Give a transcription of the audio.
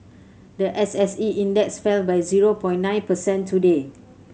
the S SE Index fell by zero point nine percent today